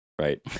right